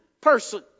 person